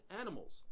animals